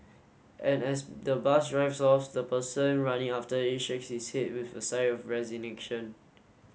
and as the bus drives off the person running after it shakes his head with a sigh of resignation